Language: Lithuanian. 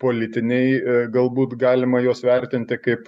politiniai galbūt galima juos vertinti kaip